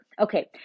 Okay